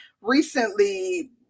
recently